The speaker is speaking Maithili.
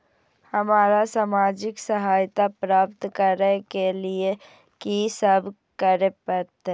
हमरा सामाजिक सहायता प्राप्त करय के लिए की सब करे परतै?